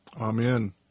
Amen